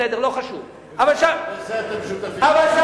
בסדר, לא חשוב, בזה אתם שותפים.